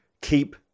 keep